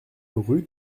rue